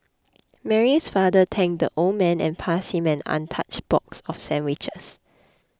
Mary's father thanked the old man and passed him an untouched box of sandwiches